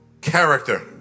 character